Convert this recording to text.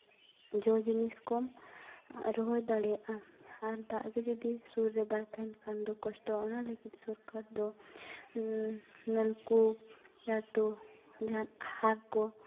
ᱡᱚ ᱡᱤᱱᱤᱥ ᱠᱚ ᱨᱚᱦᱚᱭ ᱫᱟᱲᱮᱭᱟᱜᱼᱟ ᱟᱨ ᱫᱟᱜ ᱜᱮ ᱡᱩᱫᱤ ᱥᱩᱨ ᱨᱮ ᱵᱟᱭ ᱛᱟᱦᱮᱱ ᱠᱷᱟᱱ ᱫᱚ ᱠᱚᱥᱴᱚᱣᱟ ᱚᱱᱟ ᱞᱟᱹᱜᱤᱫ ᱥᱚᱨᱠᱟᱨ ᱫᱚ ᱱᱚᱞᱠᱩᱯ ᱱᱟᱛᱚ ᱞᱟᱹᱴᱩ ᱟᱦᱟᱨ ᱠᱚ